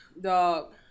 Dog